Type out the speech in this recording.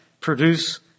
produce